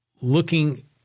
looking